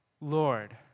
Lord